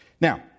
Now